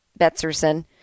Betzerson